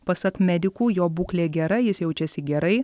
pasak medikų jo būklė gera jis jaučiasi gerai